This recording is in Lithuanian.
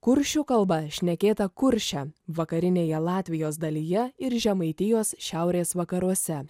kuršių kalba šnekėta kurše vakarinėje latvijos dalyje ir žemaitijos šiaurės vakaruose